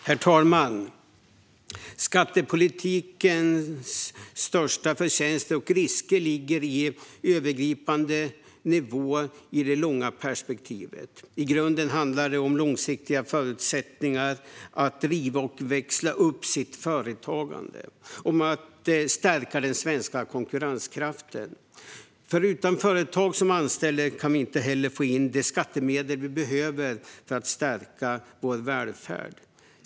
Herr talman! Skattepolitikens största förtjänster och risker ligger på en övergripande nivå i det långa perspektivet. I grunden handlar det om långsiktiga förutsättningar för människor att driva företag och att växla upp sitt företagande och om att stärka den svenska konkurrenskraften. Utan företag som anställer kan vi inte heller få in de skattemedel vi behöver för att stärka vår välfärd.